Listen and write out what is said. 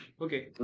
okay